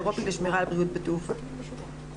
הוא היערכות חברות התעופה לפתיחת השמיים,